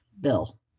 bill